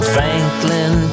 Franklin